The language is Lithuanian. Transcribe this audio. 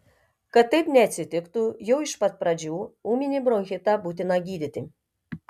kad taip neatsitiktų jau iš pat pradžių ūminį bronchitą būtina gydyti